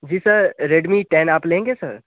जी sir Redmi ten आप लेंगे sir